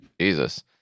Jesus